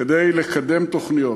כדי לקדם תוכניות.